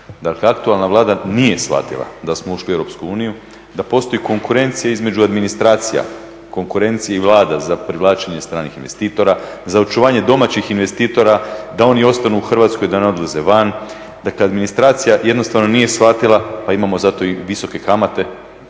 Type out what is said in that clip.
Dakle aktualna Vlada nije shvatila da smo ušli u Europsku uniju, da postoji konkurencija između administracija, konkurencija …/Govornik se ne razumije./… za privlačenje stranih investitora, za očuvanje domaćih investitora da oni ostanu u Hrvatskoj da ne odlaze van, dakle administracija jednostavno nije shvatila pa imamo zato visoke kamate.